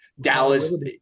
Dallas